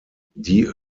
die